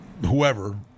whoever